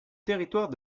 territoire